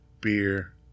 beer